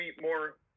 more